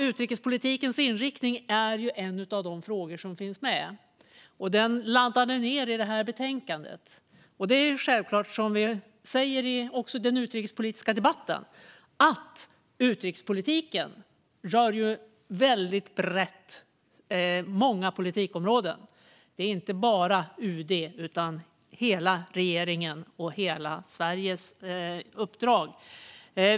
Utrikespolitikens inriktning är en av de frågor som finns med, och den landade i detta betänkande. Det är självklart så, som vi säger i den utrikespolitiska debatten, att utrikespolitiken rör väldigt många politikområden - detta är inte bara UD:s utan hela regeringens och hela Sveriges uppdrag.